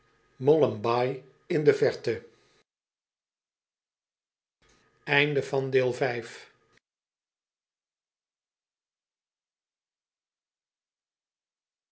schemert in de verte